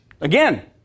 Again